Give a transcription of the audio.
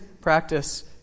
practice